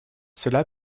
cela